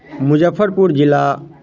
मुजफ्फरपुर जिला